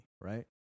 right